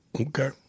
Okay